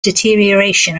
deterioration